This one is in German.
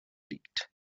liegt